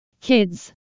Kids